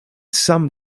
some